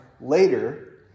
later